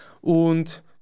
und